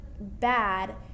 bad